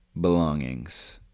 belongings